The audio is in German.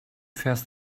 fährst